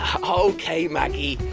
ok maggie.